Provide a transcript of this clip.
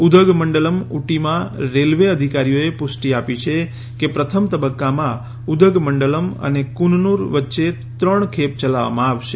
ઉધગ મંડલમ ઉટીમાં રેલ્વે અધિકારીઓએ પુષ્ટિ આપી છે કે પ્રથમ તબક્કામાં ઉધગ મંડલમ અને કુનનુર વચ્ચે ત્રણ ખેપ ચલાવવામાં આવશે